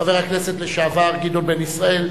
חבר הכנסת לשעבר גדעון בן-ישראל.